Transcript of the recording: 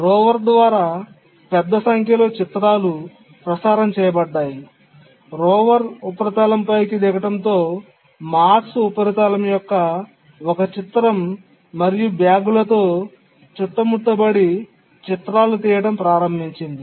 rover ద్వారా పెద్ద సంఖ్యలో చిత్రాలు ప్రసారం చేయబడ్డాయి రోవర్ ఉపరితలంపైకి దిగడంతో మార్స్ ఉపరితలం యొక్క ఒక చిత్రం మరియు బ్యాగులతో చుట్టుముట్టబడి చిత్రాలు తీయడం ప్రారంభించింది